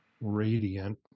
radiant